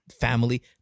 family